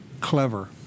clever